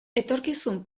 etorkizun